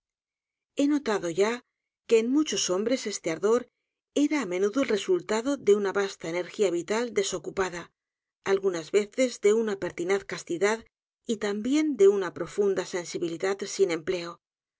he notado ya que en muchos hombres este ardor era á m e nudo el resultado de una vasta energía vital desocupada algunas veces de una pertinaz castidad y también de una profunda sensibilidad sin empleo